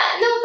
no